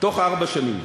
בתוך ארבע שנים,